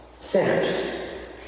Sinners